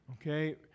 okay